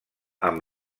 amb